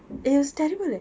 it was terrible eh